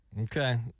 Okay